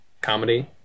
comedy